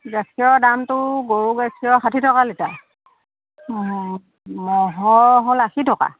গাখীৰৰ দামটো গৰু গাখীৰৰ ষাঠি টকা লিটাৰ ম'হৰ হ'ল আশী টকা